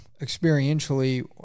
experientially